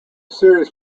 series